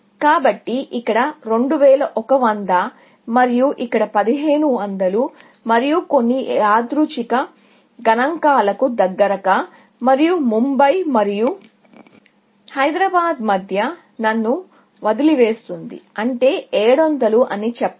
కాబట్టి ఇక్కడ 2100 మరియు ఇక్కడ 1500 మరియు కొన్ని యాదృచ్ఛిక గణాంకాలకు దగ్గరగా ముంబై మరియు హైదరాబాద్ మధ్య నన్ను వదిలివేస్తుంది అంటే 700 అని చెప్పండి